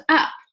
up